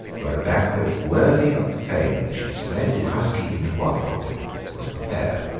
where a banquet worthy of the fame which his splendid housekeeping had won for him was prepared.